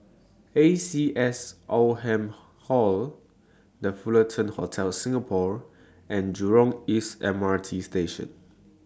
A C S Oldham Hall The Fullerton Hotel Singapore and Jurong East M R T Station